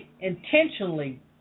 Intentionally